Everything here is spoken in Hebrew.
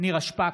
נירה שפק,